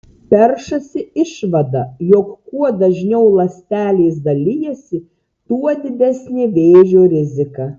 peršasi išvada jog kuo dažniau ląstelės dalijasi tuo didesnė vėžio rizika